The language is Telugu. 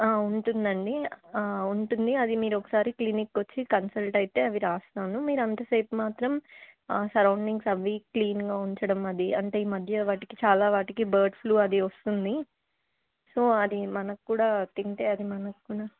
ఉంటుంది అండి ఉంటుంది అది మీరు ఒకసారి క్లినిక్ వచ్చి కన్సల్ట్ అయితే అవి రాస్తాను మీరంతసేపు మాత్రం సరౌండింగ్స్ అవి క్లీన్గా ఉంచడం అది అంటే ఈ మధ్య వాటికి చాలా వాటికి బర్డ్ ఫ్లూ అది వస్తుంది సో అది మనకు కూడా తింటే అది మనకు కూడా